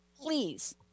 please